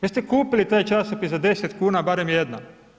Jeste kupili taj časopis za 10,00 kn barem jednom?